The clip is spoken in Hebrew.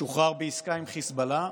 שוחרר בעסקה עם חיזבאללה,